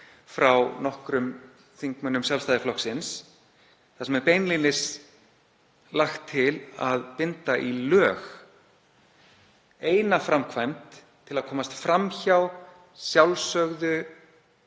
frá nokkrum þingmönnum Sjálfstæðisflokksins þar sem beinlínis er lagt til að binda í lög eina framkvæmd til að komast fram hjá sjálfsögðu